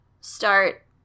start